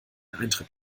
eintritt